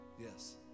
Yes